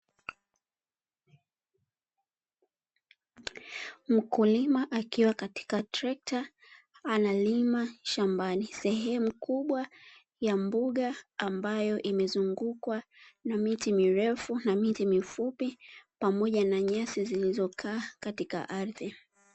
Mkulima akiwa katika trekta analima shambani sehemu kubwa ya mbuga ambayo imezungukwa na miti mirefu na miti mifupi pamoja na nyasi zilizokaa katika ardhi.